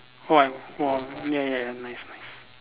what orh ya ya nice nice